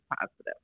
positive